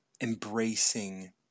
embracing